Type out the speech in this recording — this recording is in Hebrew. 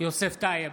יוסף טייב,